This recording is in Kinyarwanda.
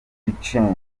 umukinnyi